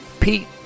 Pete